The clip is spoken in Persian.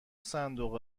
صندوق